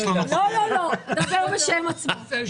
יותר בשם עצמו.